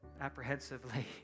apprehensively